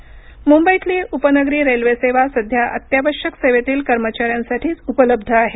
local सेवा मुंबईतली उपनगरी रेल्वे सेवा सध्या अत्यावश्यक सेवेतील कर्मचाऱ्यांसाठीच उपलब्ध आहे